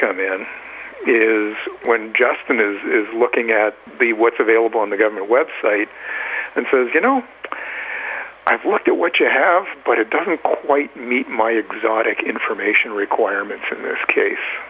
come in is when justin is looking at the what's available on the government website and says you know i've looked at what you have but it doesn't quite meet my exotic information requirements in this case